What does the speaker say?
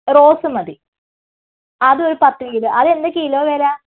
rose മതി അത് ഒരു പത്തുകിലോ അത് എന്താ കിലോ വില